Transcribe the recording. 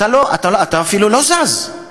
אתה אפילו לא זז,